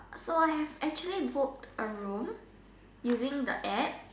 so I have actually booked a room using the App